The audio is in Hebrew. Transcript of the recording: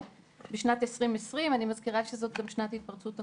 בשנת 2020. אני מזכירה שזאת גם שנת התפרצות הקורונה.